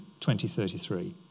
2033